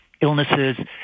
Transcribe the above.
illnesses